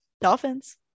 dolphins